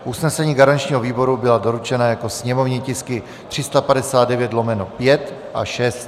Usnesení garančního výboru byla doručena jako sněmovní tisky 359/5 a 359/6.